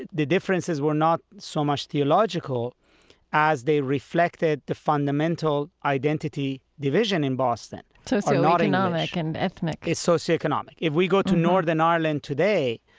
the differences were not so much theological as they reflected the fundamental identity division in boston socioeconomic and ethnic it's socioeconomic. if we go to northern ireland today,